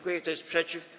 Kto jest przeciw?